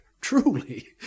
Truly